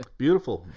beautiful